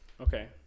Okay